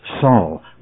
Saul